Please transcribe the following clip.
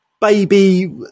baby